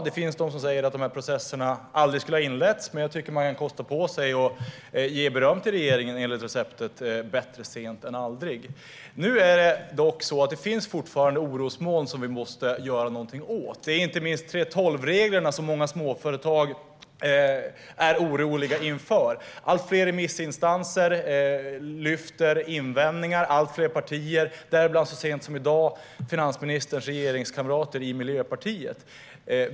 Det finns de som säger att de här processerna aldrig skulle ha inletts, men jag tycker att man kan kosta på sig att ge beröm till regeringen enligt receptet bättre sent än aldrig. Dock finns det fortfarande orosmoln som vi måste göra någonting åt. Det gäller inte minst 3:12-reglerna, som många småföretagare är oroliga inför. Allt fler remissinstanser lyfter fram invändningar, allt fler partier likaså - däribland så sent som i dag finansministerns regeringskamrater i Miljöpartiet.